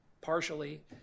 partially